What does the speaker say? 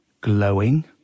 glowing